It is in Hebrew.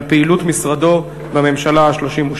על פעילות משרדו בממשלה ה-32.